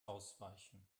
ausweichen